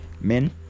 Men